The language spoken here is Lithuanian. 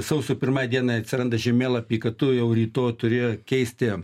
sausio pirmai dienai atsiranda žemėlapy kad tu jau rytoj turi keisti